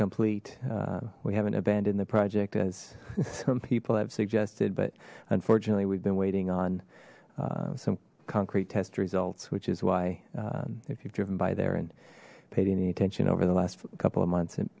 complete we haven't abandoned the project as some people have suggested but unfortunately we've been waiting on some concrete test results which is why if you've driven by there and paid any attention over the last couple of months and